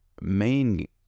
main